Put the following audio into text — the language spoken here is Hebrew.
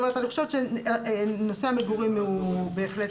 אני חושבת שנושא המגורים הוא בהחלט בחסר.